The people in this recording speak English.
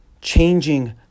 changing